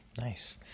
Nice